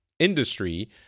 industry